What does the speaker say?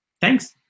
Thanks